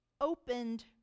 opened